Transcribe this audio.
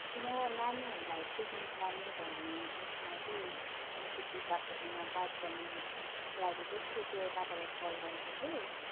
म नानीहरूलाई पिकनिक लाने भन्ने उयेसमा चाहिँ अलिकति तपाईँसँग बात गर्नु लागि चाहिँ सोचेर तपाईँलाई कल गरेको थिएँ